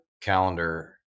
calendar